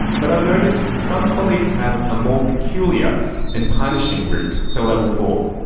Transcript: but i've noticed some colleagues have a more peculiar and punishing routes to level four.